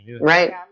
right